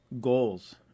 goals